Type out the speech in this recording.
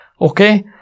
okay